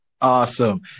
Awesome